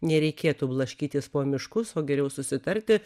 nereikėtų blaškytis po miškus o geriau susitarti